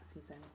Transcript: season